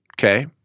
okay